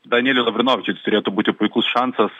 danieliui lavrinovičiui jis turėtų būti puikus šansas